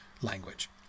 language